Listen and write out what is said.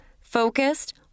focused